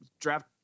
draft